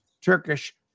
Turkish